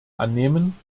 annehmen